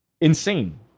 Insane